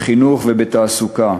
בחינוך ובתעסוקה.